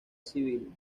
civil